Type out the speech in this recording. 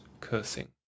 cursing